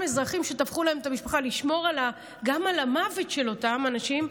אזרחים שטבחו להם במשפחה לשמור על המוות של אותם אנשים,